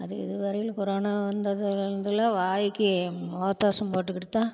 அதுவும் இதுவரையிலும் கொரோனா வந்ததில் இதில் வாய்க்கு முகக் கவசம் போட்டுக்கிட்டுத் தான்